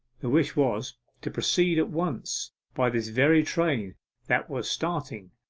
the wish was to proceed at once by this very train that was starting,